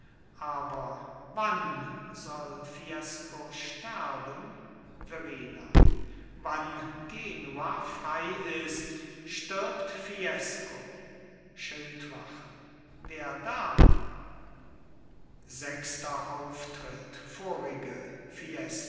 aber wann soll fiesco sterben verrina wann genua frei ist stirbt fiesco schildwachen wer da sechster auftritt vorige